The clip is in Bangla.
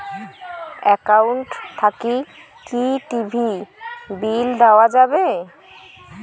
একাউন্ট থাকি কি টি.ভি বিল দেওয়া যাবে?